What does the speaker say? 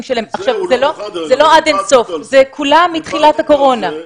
זה לא עד אין-סוף, זה כולם מתחילת הקורונה.